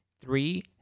three